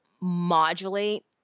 modulate